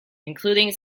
including